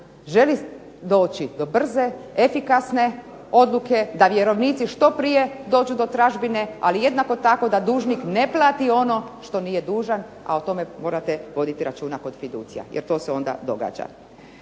želi doći do brze, efikasne odluke, da vjerovnici što prije dođu do tražbine ali jednako tako da dužnik ne plati ono što nije dužan, a o tome morate voditi računa kod fiducija jer to se onda događa.